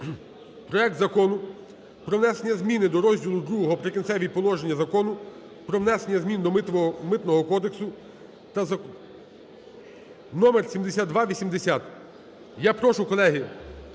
проект Закону про внесення змін до розділу ІІ Прикінцевих положень Закону про внесення змін до Митного кодексу та … (номер 7280). Я прошу, колеги,